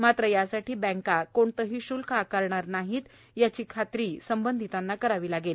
मात्र यासाठी बँका कोणतंही शुल्क आकारणार नाहीत याची खात्री संबंधितांना करावी लागणार आहे